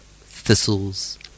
thistles